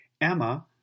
Emma